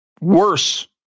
worse